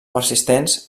persistents